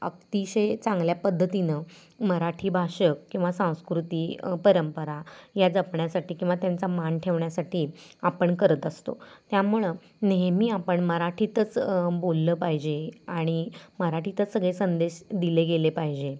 अतिशय चांगल्या पद्धतीनं मराठी भाषक किंवा संस्कृती परंपरा या जपण्यासाठी किंवा त्यांचा मान ठेवण्यासाठी आपण करत असतो त्यामुळं नेहमी आपण मराठीतच बोललं पाहिजे आणि मराठीतच सगळे संदेश दिले गेले पाहिजे